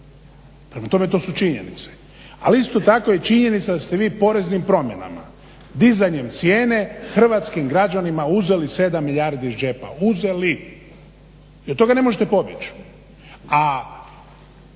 Prema tome to su činjenice. Ali isto tako je činjenica da ste vi poreznim promjenama, dizanjem cijene hrvatskim građanima uzeli 7 milijardi iz džepa, uzeli. I od toga ne možete pobjeći.